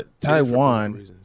Taiwan